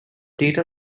data